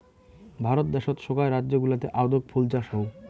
ভারত দ্যাশোত সোগায় রাজ্য গুলাতে আদৌক ফুল চাষ হউ